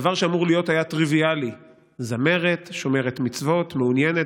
דבר שהיה אמור להיות טריוויאלי זמרת שומרת מצוות מעוניינת,